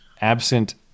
absent